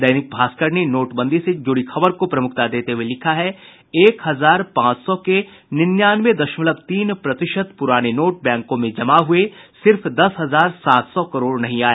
दैनिक भास्कर ने नोटबंदी से जुड़ी खबर को प्रमुखता देते हुये लिखा है एक हजार पांच सौ के निन्यानवे दशमलव तीन प्रतिशत पुराने नोट बैंकों में जमा हुये सिर्फ दस हजार सात सौ करोड़ नहीं आए